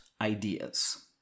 ideas